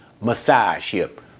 messiahship